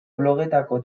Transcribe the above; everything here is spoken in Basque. blogetako